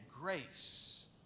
grace